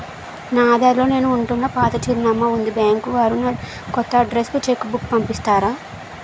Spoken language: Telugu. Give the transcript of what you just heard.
నా ఆధార్ లో నేను ఉంటున్న పాత చిరునామా వుంది బ్యాంకు వారు నా కొత్త అడ్రెస్ కు చెక్ బుక్ పంపిస్తారా?